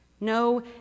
No